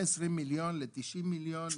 מ-20,000,000 ל-90,000,000,